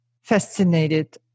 fascinated